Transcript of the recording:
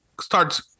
starts